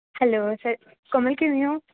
hello sir Kamal ਕਿਵੇਂ ਹੋ